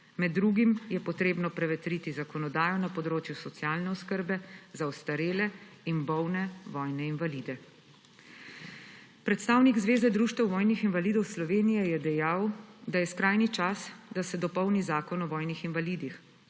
Med drugim je treba prevetriti zakonodajo na področju socialne oskrbe za ostarele in bolne vojne invalide. Predstavnik Zveze društev vojnih invalidov Slovenije je dejal, da je skrajni čas, da se dopolni Zakon o vojnih invalidih,